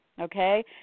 okay